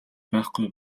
байхгүй